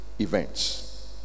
events